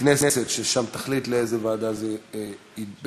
הכנסת והיא תחליט באיזה ועדה זה יידון.